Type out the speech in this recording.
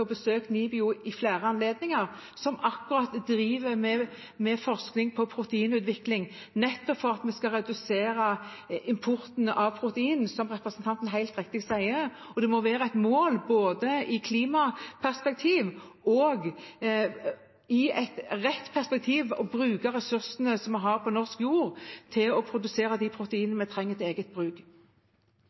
som driver med forskning på proteinutvikling nettopp for at vi skal redusere importen av protein, som representanten helt riktig sier. Det må være både et mål i et klimaperspektiv og et rett perspektiv å bruke ressursene vi har på norsk jord, til å produsere de proteinene vi trenger til eget bruk.